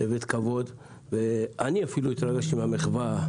הבאת כבוד ואפילו אני התרגשתי מהמחווה,